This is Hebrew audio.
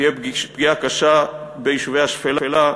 ביישובי השפלה,